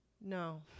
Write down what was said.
No